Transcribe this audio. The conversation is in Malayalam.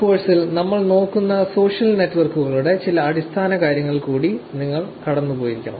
ഈ കോഴ്സിൽ നമ്മൾ നോക്കുന്ന സോഷ്യൽ നെറ്റ്വർക്കുകളുടെ ചില അടിസ്ഥാനകാര്യങ്ങ ളിൽ കൂടി നിങ്ങൾ കടന്നുപോയിരിക്കണം